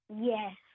Yes